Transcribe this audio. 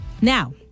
Now